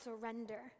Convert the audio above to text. surrender